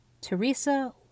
Teresa